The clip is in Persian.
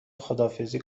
خداحافظی